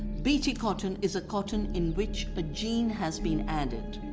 bt cotton is a cotton in which a gene has been added,